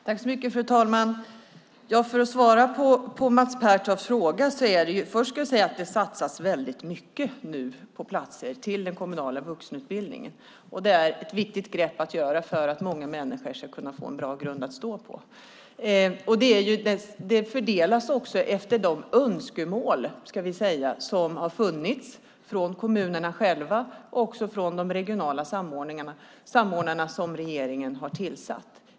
Fru talman! Först och främst ska jag säga att det nu satsas mycket på platser i den kommunala vuxenutbildningen. Det är ett viktigt grepp för att många människor ska kunna få en bra grund att stå på. Resurserna fördelas också enligt de önskemål som har funnits från kommunerna själva och från de regionala samordnarna som regeringen har tillsatt.